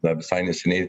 na visai neseniai